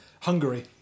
Hungary